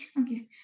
Okay